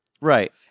Right